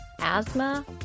asthma